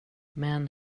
men